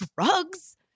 drugs